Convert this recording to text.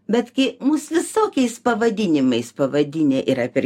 betgi mus visokiais pavadinimais pavadinę yra per